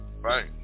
Right